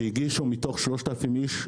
מתוך כ-3,000 ספרים שהגישו,